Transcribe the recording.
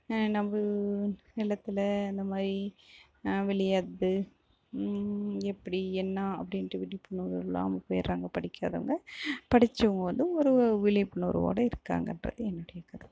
நம்ம நிலத்தில் அந்தமாதிரி விளையாதது எப்படி என்ன அப்படின்ட்டு விழிப்புணர்வு இல்லாமல் போயிடுறாங்க படிக்காதவங்க படிச்சவங்க வந்து இப்போ ஒரு விழிப்புணர்வோடய இருக்காங்கின்றது என்னுடைய கருத்து